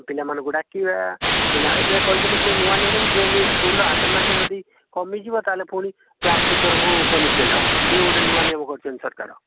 ଆମେ ପିଲାମାନଙ୍କୁ ଡାକିବା ପିଲା ଏବେ କହିଛନ୍ତି ପୁଣି ନୂଆ ନିୟମ ଯେ ସ୍କୁଲ ଆଟେଣ୍ଡାନ୍ସ ଯଦି କମିଯିବ ତାହେଲେ ପୁଣି କ୍ଲାସ ଟିଚରଙ୍କ ଉପରେ ପନିଷମେଣ୍ଟ ହବ ଇଏ ଗୋଟେ ନୂଆ ନିୟମ କରିଛନ୍ତି ସରକାର